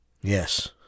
Yes